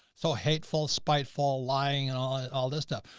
so hateful, spiteful lying and all, all this stuff,